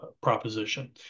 proposition